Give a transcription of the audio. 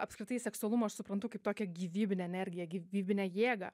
apskritai seksualumą aš suprantu kaip tokią gyvybinę energiją gyvybinę jėgą